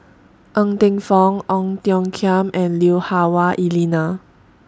Ng Teng Fong Ong Tiong Khiam and Lui Hah Wah Elena